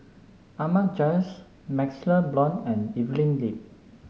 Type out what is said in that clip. Ahmad Jais MaxLe Blond and Evelyn Lip